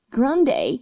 Grande